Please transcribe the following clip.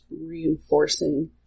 reinforcing